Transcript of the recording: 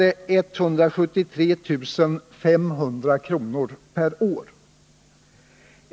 173 500 kr. per år.